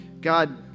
God